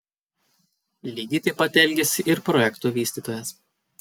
lygiai taip pat elgėsi ir projekto vystytojas